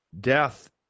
death